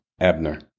Abner